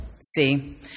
see